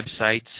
websites